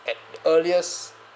at the earliest